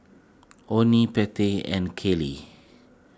oney Pattie and Kaylee